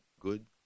good